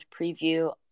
preview